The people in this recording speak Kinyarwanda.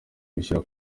gushyira